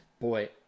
boy